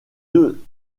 deux